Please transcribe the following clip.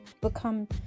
become